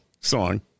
song